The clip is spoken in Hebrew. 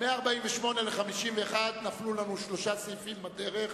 48 51 נפלו לנו שלושה סעיפים בדרך,